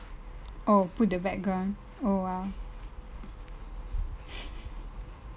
oh put the background oh !wow!